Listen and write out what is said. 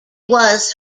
was